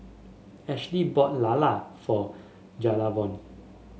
Ashlee bought lala for Jayvon